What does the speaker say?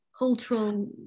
cultural